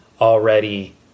already